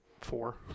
four